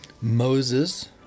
Moses